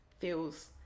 feels